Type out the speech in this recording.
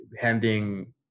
handing